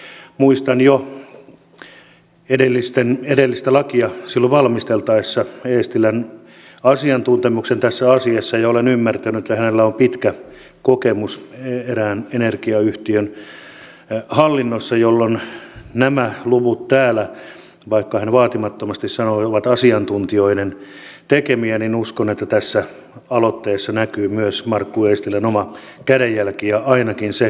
muistan jo silloin edellistä lakia valmisteltaessa eestilän asiantuntemuksen tässä asiassa ja olen ymmärtänyt ja hänellä on pitkä kokemus erään energiayhtiön hallinnosta ja vaikka hän vaatimattomasti sanoi että nämä luvut täällä ovat asiantuntijoiden tekemiä uskon että tässä aloitteessa näkyy myös markku eestilän oma kädenjälki ja ainakin se arvomaailma mikä tässä on